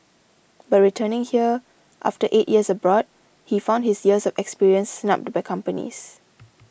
but returning here after eight years abroad he found his years of experience snubbed by companies